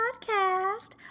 podcast